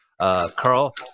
Carl